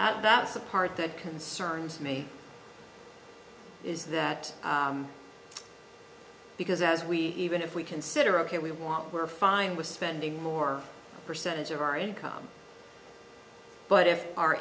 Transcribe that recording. that's the part that concerns me is that because as we even if we consider ok we want we're fine with spending more percentage of our income but if our